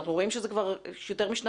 אנחנו רואים שזה תקוע כבר יותר משנתיים.